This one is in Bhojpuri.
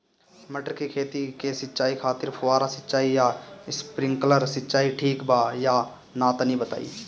मटर के खेती के सिचाई खातिर फुहारा सिंचाई या स्प्रिंकलर सिंचाई ठीक बा या ना तनि बताई?